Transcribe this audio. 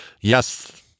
Yes